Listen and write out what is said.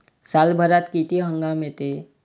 सालभरात किती हंगाम येते?